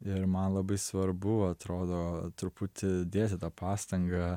ir man labai svarbu atrodo truputį dėti tą pastangą